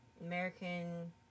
American